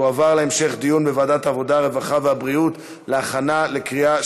לוועדת העבודה, הרווחה והבריאות נתקבלה.